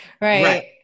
right